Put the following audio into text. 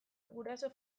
guraso